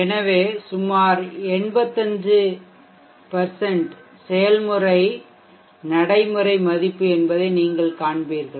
எனவே சுமார் 85 செயல்திறன் நடைமுறை மதிப்பு என்பதை நீங்கள் காண்பீர்கள்